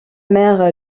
mère